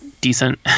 decent